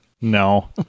No